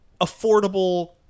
affordable